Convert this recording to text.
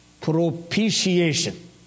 propitiation